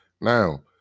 Now